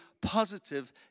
positive